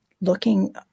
looking